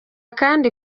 kandi